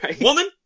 Woman